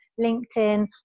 LinkedIn